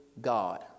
God